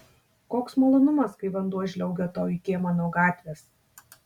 koks malonumas kai vanduo žliaugia tau į kiemą nuo gatvės